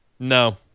No